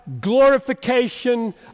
glorification